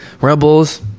Rebels